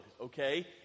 okay